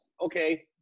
okay